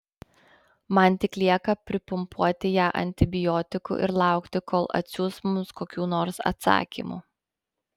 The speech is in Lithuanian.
man tik lieka pripumpuoti ją antibiotikų ir laukti kol atsiųs mums kokių nors atsakymų